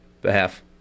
behalf